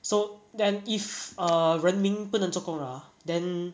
so then if err 人民不能做工了 hor then